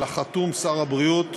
על החתום, שר הבריאות